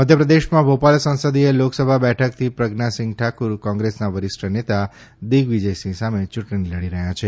મધ્યપ્રદેશમાં ભોપાલ સંસદીય લોકસભા બેઠકથી પ્રજ્ઞાસિંફ ઠાકુર કોંગ્રેસના વરિષ્ઠ નેતા દિગ્વીજયસિંફ સાથે ચૂંટણી લડી રહ્યા છે